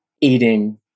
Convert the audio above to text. eating